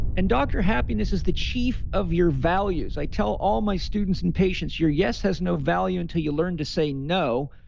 and doctor happiness is the chief of your values. i tell all my students and patients your yes has no value until you learn to say no.